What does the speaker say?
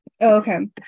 okay